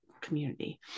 community